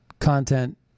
content